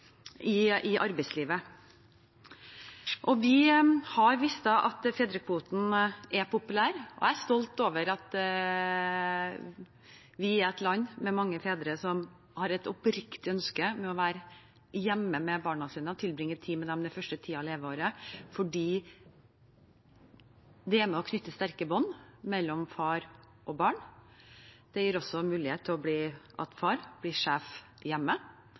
i arbeidslivet. Vi har visst at fedrekvoten er populær, og jeg er stolt av at vi er et land med mange fedre som har et oppriktig ønske om å være hjemme med barna sine og tilbringe tid med dem den første tiden. Det er med på å knytte sterke bånd mellom far og barn, det gir far muligheten til å bli sjef hjemme, slik at arbeidsfordelingen hjemme blir